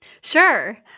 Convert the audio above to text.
Sure